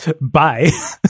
bye